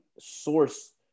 source